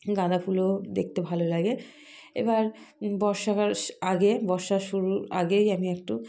গাঁদা ফুলও দেখতে ভালো লাগে এবং বর্ষাকাল আগে বর্ষা শুরুর আগেই আমি একটু